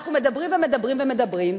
אנחנו מדברים ומדברים ומדברים,